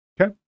Okay